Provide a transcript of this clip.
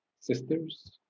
sisters